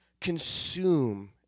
consume